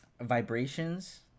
Vibrations